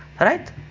Right